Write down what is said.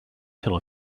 till